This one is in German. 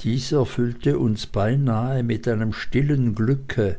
dies erfüllte uns beinahe mit einem stillen glücke